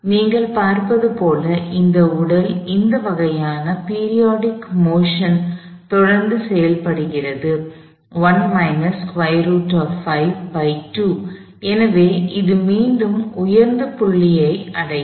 நீங்கள் பார்ப்பது போல இந்த உடல் இந்த வகையான பிரியோடிக் மோஷன் periodic motionகால இயக்கம் தொடர்ந்து செயல்படுத்துகிறது எனவே அது மீண்டும் உயர்ந்த புள்ளியாக அடையும்